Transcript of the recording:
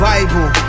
Bible